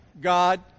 God